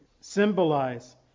symbolize